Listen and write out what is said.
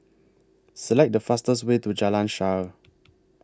Select The fastest Way to Jalan Shaer